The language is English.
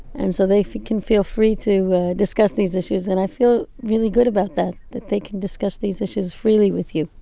and so they can feel free to discuss these issues and i feel really good about that, that they can discuss these issues freely with you.